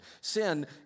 Sin